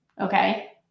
Okay